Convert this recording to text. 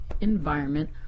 environment